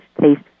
taste